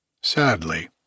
Sadly